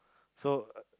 so